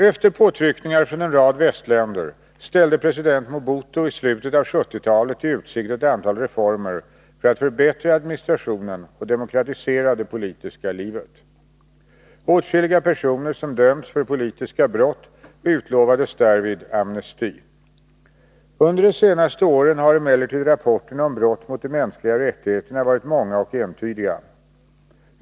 Efter påtryckningar från en rad västländer ställde president Mobutu i slutet av 1970-talet i utsikt ett antal reformer för att förbättra administrationen och demokratisera det politiska livet. Åtskilliga personer som dömts för politiska brott utlovades därvid amnesti. Under de senaste åren har emellertid rapporterna om brott mot de mänskliga rättigheterna varit många och entydiga.